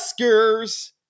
Oscars